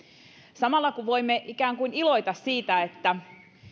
samalla kun voimme ikään kuin iloita siitä että